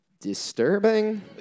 disturbing